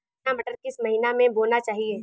रचना मटर किस महीना में बोना चाहिए?